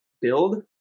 build